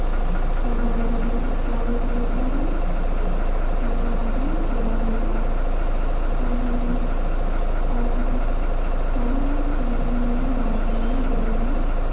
ᱚᱱᱟ ᱫᱟᱨᱮᱨᱮ ᱯᱚᱨᱤᱪᱚᱨᱡᱟ ᱥᱚᱢᱚᱭ ᱢᱚᱛᱚᱱ ᱠᱚᱨᱟᱣ ᱦᱩᱭᱩᱜᱼᱟ ᱚᱱᱠᱟᱜᱮ ᱟᱨᱦᱚᱸ ᱱᱟᱱᱟᱦᱩᱱᱟᱹᱨ ᱥᱚᱵᱡᱤ ᱠᱚᱦᱚᱸᱞᱮ ᱨᱚᱦᱚᱭ ᱛᱟᱦᱮᱸᱱᱜᱮ ᱡᱮᱞᱮᱠᱟ